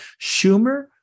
Schumer